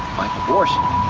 like abortion.